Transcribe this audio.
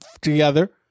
together